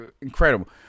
incredible